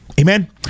Amen